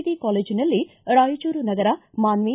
D ಕಾಲೇಜಿನಲ್ಲಿ ಕಾಯಚೂರು ನಗರ ಮಾನ್ಹಿ